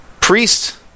Priests